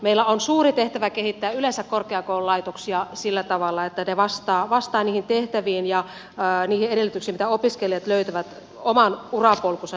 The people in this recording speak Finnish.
meillä on suuri tehtävä kehittää yleensä korkeakoululaitoksia sillä tavalla että ne vastaavat niihin tehtäviin ja niihin edellytyksiin ja että opiskelijat löytävät oman urapolkunsa niitten kautta